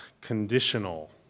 conditional